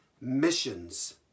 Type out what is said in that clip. missions